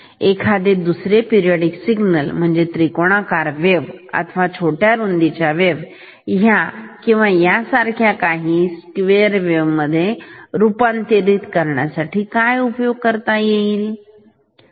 एखादे दुसरे periodic signal म्हणजे त्रिकोणआकार वेव्ह अथवा छोट्या रुंदीच्या वेव्ह ह्या किंवा यासारख्या काही स्क्वेअर वेव्ह मध्ये रुपांतरीत करण्यात येतील